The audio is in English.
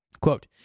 Quote